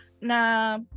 na